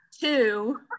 Two